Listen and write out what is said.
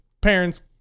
parents